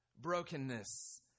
Brokenness